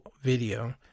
video